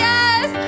Yes